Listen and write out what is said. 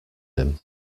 him